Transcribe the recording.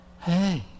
Hey